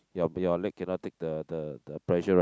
your your leg cannot take the the the pressure